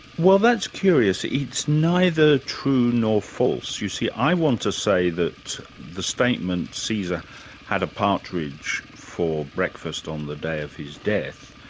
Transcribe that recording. well, that's curious, it's neither true nor false. you see, i want to say the statement caesar had a partridge for breakfast on the day of his death,